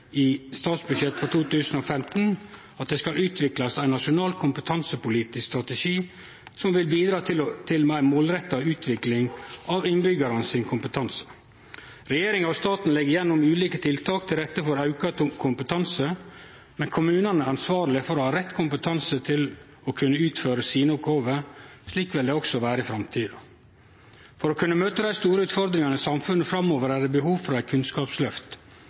i statsbudsjettet for 2015 at det skal utviklast ein nasjonal kompetansepolitisk strategi som vil bidra til ei målretta utvikling av innbyggjarane sin kompetanse. Regjeringa og staten legg gjennom ulike tiltak til rette for auka kompetanse, men kommunane er ansvarlege for å ha rett kompetanse til å kunne utføre oppgåvene sine. Slik vil det vere også i framtida. For å kunne møte dei store utfordringane i samfunnet framover er det behov for eit kunnskapsløft.